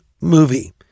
movie